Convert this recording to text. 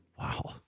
Wow